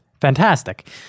Fantastic